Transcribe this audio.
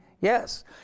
Yes